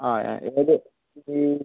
ആ ആ ഏത് ഈ